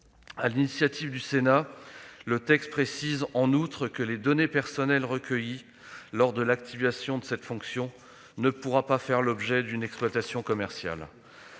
l'initiative du Sénat, le texte précise en outre que les données personnelles recueillies lors de l'activation de cette fonction ne pourront pas faire l'objet d'une exploitation commerciale.